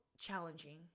challenging